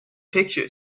picture